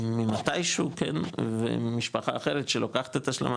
ממתישהו ומשפחה אחרת שלוקחת את השלמה